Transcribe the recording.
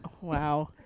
Wow